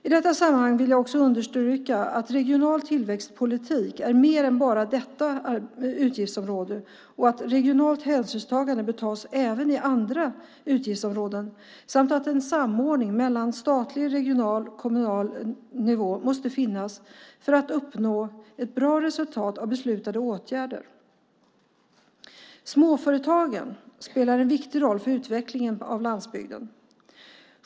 I detta sammanhang vill jag också understryka att regional tillväxtpolitik är mer än bara detta utgiftsområde och att regionalt hänsynstagande bör tas även i andra utgiftsområden samt att en samordning mellan statlig, regional och kommunal nivå måste finnas för att uppnå ett bra resultat av beslutade åtgärder. Småföretagen spelar en viktig roll för utvecklingen av landsbygden.